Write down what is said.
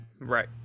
Right